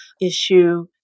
issue